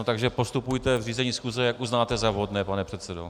Takže postupujte v řízení schůze jak uznáte za vhodné, pane předsedo.